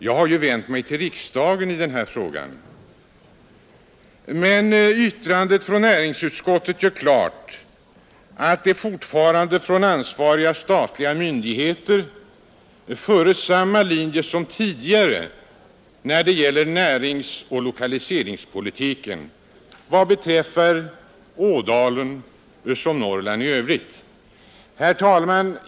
Jag har ju vänt mig till riksdagen i den här frågan, Yttrandet från näringsutskottet gör emellertid klart att ansvariga statliga myndigheter fortfarande för samma linje som tidigare när det gäller näringsoch lokaliseringspolitiken i Ådalen liksom Norrland i övrigt.